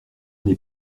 n’ai